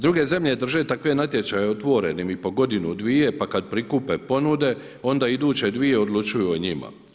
Druge zemlje drže takve natječaje otvorenim i po godinu, dvije pa kada prikupe ponude onda iduće dvije odlučuju o njima.